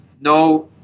no –